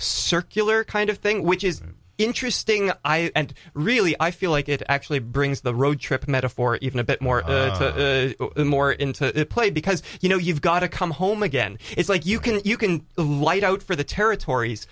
circular kind of thing which is interesting and really i feel like it actually brings the road trip metaphor even a bit more more into play because you know you've got to come home again it's like you can you can light out for the territories